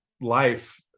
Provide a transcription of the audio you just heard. life